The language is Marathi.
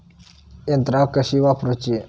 यंत्रा कशी वापरूची?